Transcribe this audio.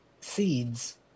seeds